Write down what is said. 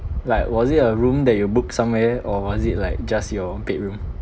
like was it a room that you book somewhere or was it like just your bedroom